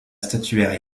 statuaire